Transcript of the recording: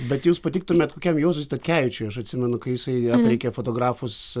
bet jūs patiktumėt kokiam juozui statkevičiui aš atsimenu kai jisai aprėkė fotografus